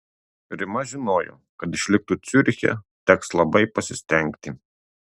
rima žinojo kad išliktų ciuriche teks labai pasistengti